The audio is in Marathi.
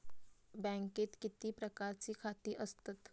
बँकेत किती प्रकारची खाती असतत?